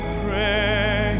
pray